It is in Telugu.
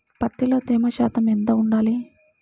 పత్తిలో తేమ శాతం ఎంత ఉండాలి?